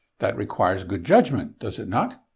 that requires good judgment, does it not?